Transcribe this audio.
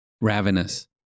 Ravenous